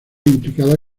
implicada